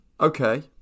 Okay